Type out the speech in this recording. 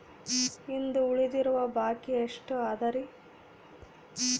ಇಂದು ಉಳಿದಿರುವ ಬಾಕಿ ಎಷ್ಟು ಅದರಿ?